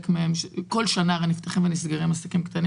בכל שנה הרי נפתחים ונסגרים עסקים קטנים